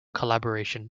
collaboration